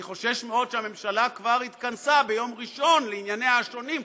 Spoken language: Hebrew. אני חושש מאוד שהממשלה כבר התכנסה ביום ראשון לענייניה השונים,